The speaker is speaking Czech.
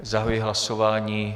Zahajuji hlasování.